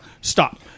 stop